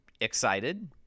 excited